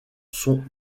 sont